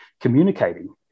communicating